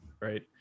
right